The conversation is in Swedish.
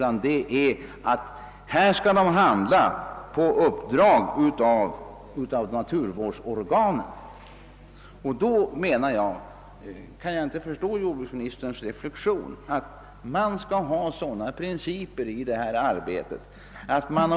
Avsikten är att lantbruksnämnderna på detta område skall handla efter direktiv av naturvårdsorganen.